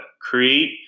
create